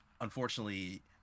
Unfortunately